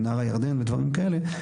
עם נהר הירדן ודברים כאלה,